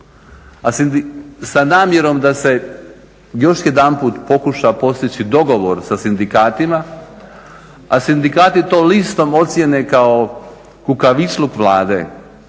sa namjerom da se još jedanput pokuša postići dogovor sa sindikatima, sindikati to listom ocijene kao kukavičluk Vlade,